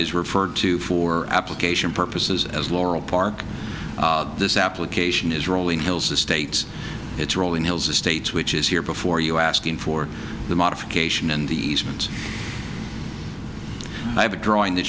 is referred to for application purposes as laurel park this application is rolling hills estates its rolling hills estates which is here before you asking for the modification in the event i have a drawing th